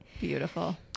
Beautiful